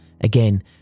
again